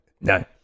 no